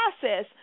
process